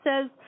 says